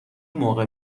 موقع